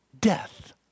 death